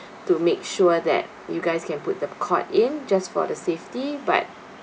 to make sure that you guys can put the cot in just for the safety but